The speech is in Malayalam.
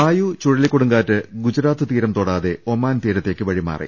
വായു ചുഴലികൊടുങ്കാറ്റ് ഗുജറാത്ത് തീരം തൊടാതെ ഒമാൻ തീരത്തേക്ക് വഴിമാറി